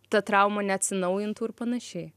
ta trauma neatsinaujintų ir panašiai